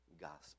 gospel